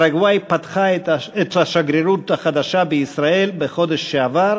פרגוואי פתחה את השגרירות החדשה בישראל בחודש שעבר,